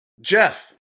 Jeff